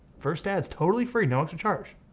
first ad's totally free, no extra charge.